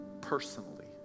personally